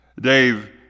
Dave